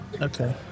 Okay